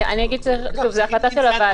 זו החלטה של הוועדה.